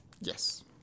yes